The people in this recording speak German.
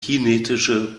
kinetische